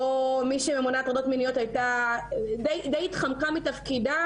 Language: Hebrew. בו הממונה על הטרדות מיניות די התחמקה מתפקידה